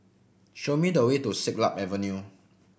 show me the way to Siglap Avenue